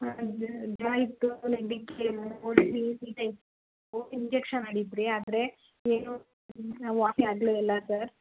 ಹಾಂ ಜ ಜ್ವರ ಇತ್ತು ನೆಗಡಿ ಕೆಮ್ಮು ಶೀತ ಇತ್ತು ಇಂಜೆಕ್ಶನ್ ಮಾಡಿದ್ದಿರಿ ಆದರೆ ಏನೂ ವಾಸಿ ಆಗಲೇ ಇಲ್ಲ ಸರ್